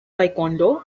taekwondo